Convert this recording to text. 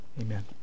Amen